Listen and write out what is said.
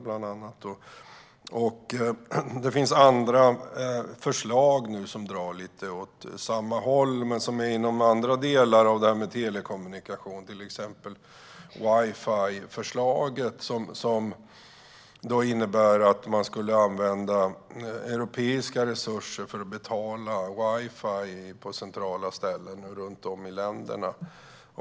Det finns även andra förslag som drar lite åt samma håll men som ligger inom andra delar av telekommunikationsområdet, till exempel wifi-förslaget som innebär att man skulle använda europeiska resurser för att betala wifi på centrala ställen runt om i länderna.